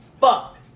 Fuck